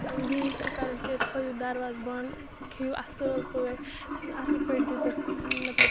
یہِ ییٚژھِو کَرُن تہِ تھٲیِو دَروازٕ بنٛد کھیٚیِو اَصٕل پٲٹھۍ اَصٕل پٲٹھۍ دِتُکھ مطلب